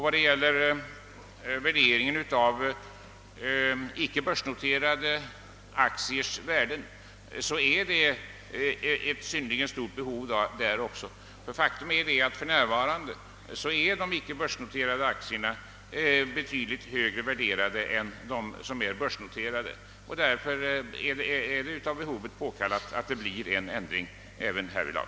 Faktum är att de icke börsnoterade aktierna i dag är betydligt högre värderade än de börsnoterade. Därför är det av behovet synnerligen påkallat att det blir en ändring även härvidlag.